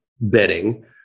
betting